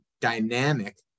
dynamic